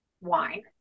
wine